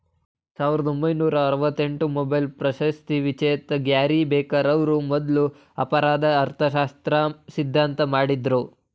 ಸಾವಿರದ ಒಂಬೈನೂರ ಆರವತ್ತಎಂಟು ಮೊಬೈಲ್ ಪ್ರಶಸ್ತಿವಿಜೇತ ಗ್ಯಾರಿ ಬೆಕರ್ ಅವ್ರು ಮೊದ್ಲು ಅಪರಾಧ ಅರ್ಥಶಾಸ್ತ್ರ ಸಿದ್ಧಾಂತ ಮಾಡಿದ್ರು